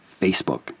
Facebook